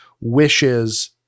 wishes